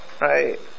right